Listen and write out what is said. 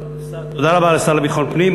תודה רבה לשר לביטחון הפנים.